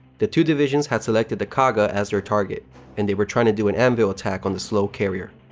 the two divisions had selected the kaga as their target and they were trying to do an anvil attack on the slow carrier.